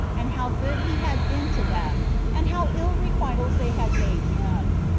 and how good he had been to them, and how ill requitals they had made him.